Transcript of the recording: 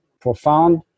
profound